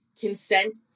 Consent